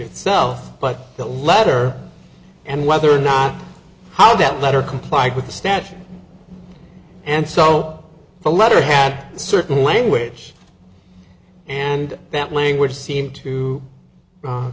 itself but the latter and whether or not how that letter complied with the statute and so the letter had certain language and that language seemed to